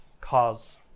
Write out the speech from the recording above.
cause